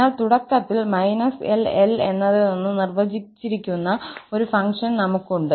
എന്നാൽ തുടക്കത്തിൽ −𝑙 𝑙 എന്നതിൽ നിന്ന് നിർവ്വചിച്ചിരിക്കുന്ന ഒരു ഫംഗ്ഷൻ നമുക്കുണ്ട്